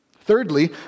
Thirdly